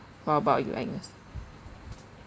what about you agnes